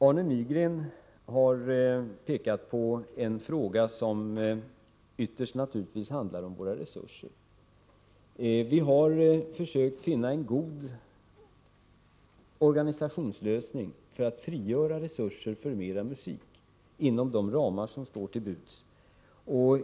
Arne Nygren har pekat på en fråga som ytterst naturligtvis handlar om våra resurser. Vi har försökt att finna en god organisationslösning för att frigöra resurser för mera musik inom de ramar som står till buds.